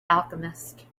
alchemist